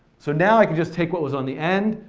so now i can just take what was on the end,